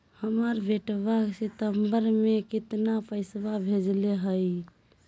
हमर बेटवा सितंबरा में कितना पैसवा भेजले हई?